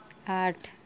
آٹھ